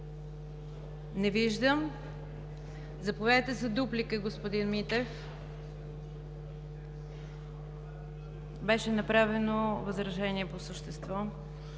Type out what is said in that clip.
Не виждам. Заповядайте за дуплика, господин Митев – беше направено възражение по същество.